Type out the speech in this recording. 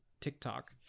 TikTok